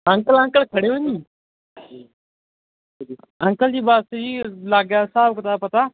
uncle uncle ਖੜ੍ਹੇ ਓਂ ਜੀ ਅੰਕਲ ਜੀ ਬਸ ਜੀ ਲੱਗ ਗਿਆ ਹਿਸਾਬ ਕਿਤਾਬ ਪਤਾ